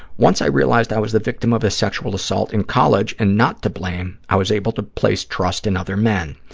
once i realized i was the victim of a sexual assault in college and not to blame, i was able to place trust in other men.